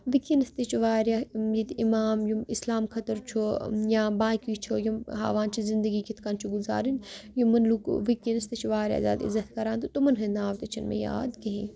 وٕکٮ۪نَس تہِ چھُ واریاہ یِم ییٚتہِ اِمام یِم اِسلام خٲطرٕ چھُ یا باقٕے چھُ یِم ہاوان چھِ زندگی کِتھ کٔنۍ چھُ گُزارٕنۍ یِمَن لوٗکو وٕکٮ۪نَس تہِ چھِ واریاہ زیادٕ عزت کَران تہٕ تِمَن ہٕنٛدۍ ناو تہِ چھِنہٕ مےٚ یاد کِہیٖنۍ